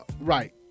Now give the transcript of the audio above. Right